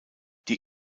die